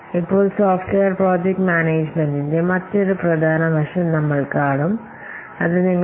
ഇപ്പോൾ software project മാനേജ്മെന്റിന്റെ മറ്റൊരു പ്രധാന വശം നമ്മൾ കാണും അത് നിങ്ങളുടെ പ്രോജക്റ്റ് പോർട്ട്ഫോളിയോ മാനേജുമെന്റാണ്